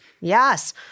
Yes